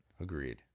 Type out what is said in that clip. Agreed